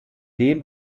dem